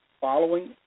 following